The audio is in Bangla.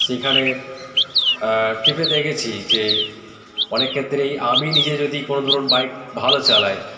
সেইখানে ট্রিপে দেখেছি যে অনেক ক্ষেত্রেই আমি নিজে যদি কোনো ধরুন বাইক ভালো চালাই